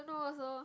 don't know also